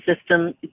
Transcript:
System